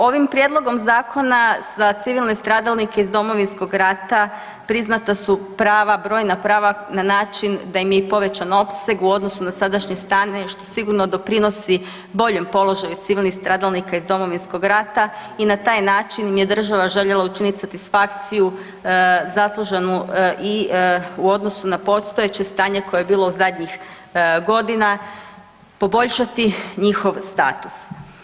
Ovim prijedlogom zakona za civilne stradalnike iz Domovinskog rata priznata su prava, brojna prava na način da im je i povećan opseg u odnosu na sadašnje stanje što sigurno doprinosi boljem položaju civilnih stradalnika iz Domovinskog rata i na taj način im je država željela učiniti satisfakciju zasluženu i u odnosu na postojeće stanje koje je bilo zadnjih godina poboljšati njihov status.